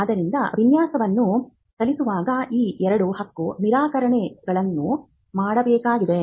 ಆದ್ದರಿಂದ ವಿನ್ಯಾಸವನ್ನು ಸಲ್ಲಿಸುವಾಗ ಈ ಎರಡು ಹಕ್ಕು ನಿರಾಕರಣೆಗಳನ್ನು ಮಾಡಬೇಕಾಗಿದೆ